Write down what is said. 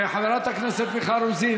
חברת הכנסת מיכל רוזין,